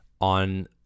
on